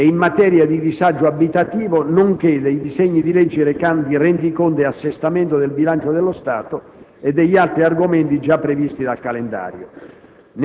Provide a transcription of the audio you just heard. e in materia di disagio abitativo, nonché dei disegni di legge recanti rendiconto e assestamento del bilancio dello Stato e degli altri argomenti già previsti dal calendario.